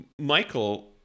Michael